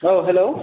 औ हेलौ